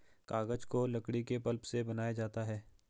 कागज को लकड़ी के पल्प से बनाया जाता है